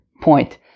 point